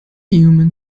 human